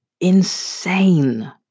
insane